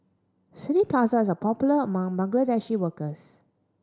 City Plaza is a popular among Bangladeshi workers